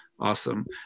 Awesome